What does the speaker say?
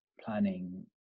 planning